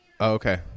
Okay